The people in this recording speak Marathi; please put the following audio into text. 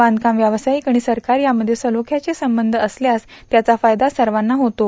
बांधकाम व्यावसायिक आणि सरकार यामध्ये सलोख्याचे संबंध असल्यास त्याचा फायदा सर्वाना होतो